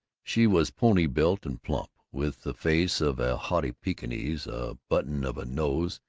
she was pony-built and plump, with the face of a haughty pekingese, a button of a nose,